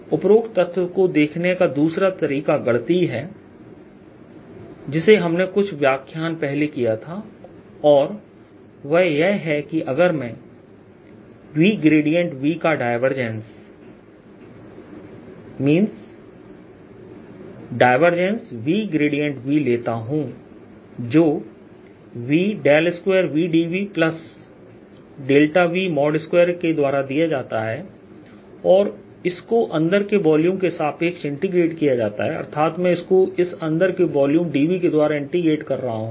उपरोक्त तथ्य को देखने का दूसरा तरीका गणितीय तरीका है जिसे हमने कुछ व्याख्यान पहले किया था और वह यह है कि अगर मैं V ग्रेडियंट V का डायवर्जेंस VV लेता हूं जो V2VdVV2के द्वारा दिया जाता है और इसको अंदर के वॉल्यूम के सापेक्ष इंटीग्रेट किया जाता है अर्थात मैं इसको इस अंदर के वॉल्यूम dV के द्वारा इंटीग्रेट कर रहा हूं